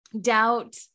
doubt